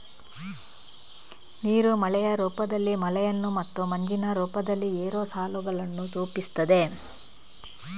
ನೀರು ಮಳೆಯ ರೂಪದಲ್ಲಿ ಮಳೆಯನ್ನು ಮತ್ತು ಮಂಜಿನ ರೂಪದಲ್ಲಿ ಏರೋಸಾಲುಗಳನ್ನು ರೂಪಿಸುತ್ತದೆ